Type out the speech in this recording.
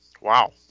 wow